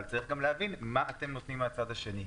אבל אנחנו רוצים להבין מה אתם נותנים לצד השני.